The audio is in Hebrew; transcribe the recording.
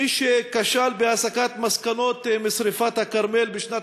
מי שכשל בהסקת מסקנות משרפת הכרמל בשנת